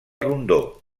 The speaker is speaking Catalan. rondó